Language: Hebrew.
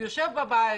יושב בבית